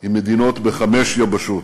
עם מדינות בחמש היבשות,